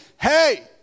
hey